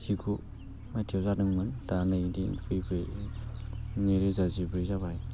जिगु मायथाइआव जादोंमोन दा नै एदि फैयै फैयै नैरोजा जिब्रै जाबाय